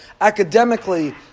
academically